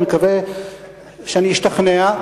אני מקווה שאני אשתכנע.